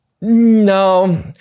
no